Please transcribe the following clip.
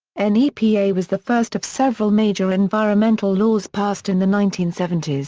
and nepa was the first of several major environmental laws passed in the nineteen seventy s.